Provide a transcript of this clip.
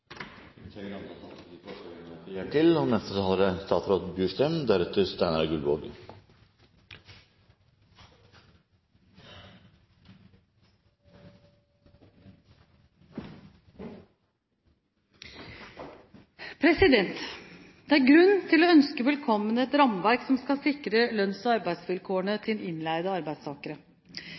opp de forslagene hun refererte til. Det er grunn til å ønske velkommen et rammeverk som skal sikre lønns- og arbeidsvilkårene til innleide arbeidstakere.